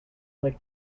like